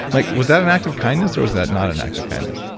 like was that an act of kindness or was that not an act of kindness?